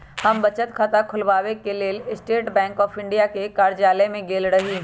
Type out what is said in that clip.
हम बचत खता ख़ोलबाबेके लेल स्टेट बैंक ऑफ इंडिया के कर्जालय में गेल रही